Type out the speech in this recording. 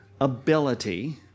ability